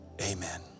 amen